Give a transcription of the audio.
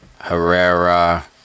Herrera